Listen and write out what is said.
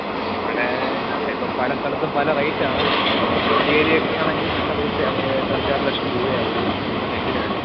ഇവിടെ ഇവിടെ ഇപ്പോൾ പല സ്ഥലത്തും പല റേറ്റാണ് സിറ്റി ഏരിയയൊക്കെ ആണെങ്കിൽ നല്ല പൈസയാകും ഏകദേശം അഞ്ചാറ് ലക്ഷം രൂപയാകും ഒരു സെൻറ്റിന് തന്നെ